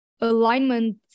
alignment